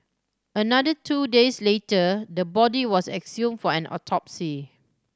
another two days later the body was exhumed for an autopsy